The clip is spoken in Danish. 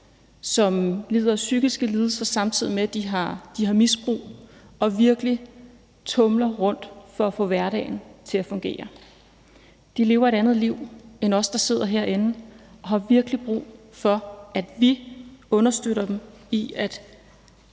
som lider af psykiske lidelser, samtidig med at de har misbrug og virkelig tumler rundt for at få hverdagen til at fungere. De lever et andet liv end os, der sidder herinde, og har virkelig brug for, at vi understøtter dem i at